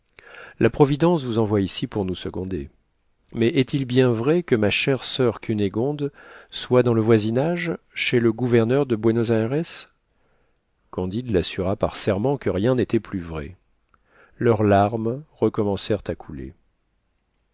la providence vous envoie ici pour nous seconder mais est-il bien vrai que ma chère soeur cunégonde soit dans le voisinage chez le gouverneur de buénos ayres candide l'assura par serment que rien n'était plus vrai leurs larmes recommencèrent à couler